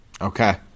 Okay